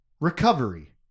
Recovery